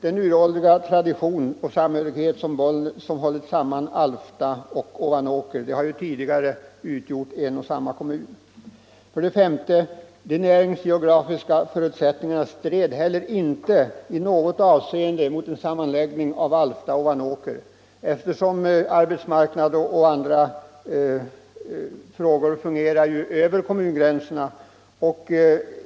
Den uråldriga tradition och samhörighet som hållit samman Alfta och Ovanåker — de har ju tidigt utgjort en gemensam kommun. 5. De näringsgeografiska förutsättningarna stred heller inte i något avseende mot en sammanläggning av Alfta och Ovanåker, eftersom arbetsmarknadsfrågor och andra frågor fungerar över kommungränserna.